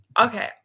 okay